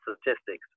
statistics